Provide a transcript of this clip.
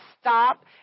stop